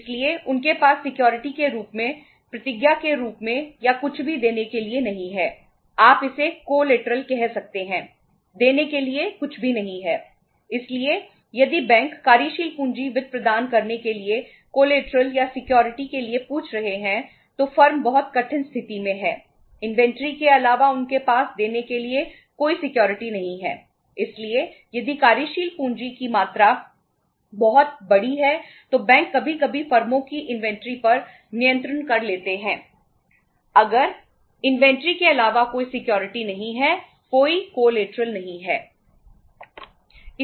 इसलिए यदि बैंक कार्यशील पूंजी वित्त प्रदान करने के लिए कॉलेटरल नहीं है